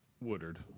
Woodard